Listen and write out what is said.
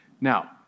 Now